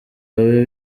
babe